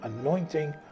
anointing